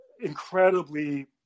incredibly